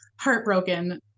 heartbroken